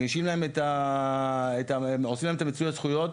עושים להם את מיצוי הזכויות,